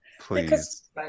Please